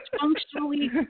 functionally